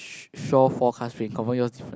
shore forecast rain confirm yours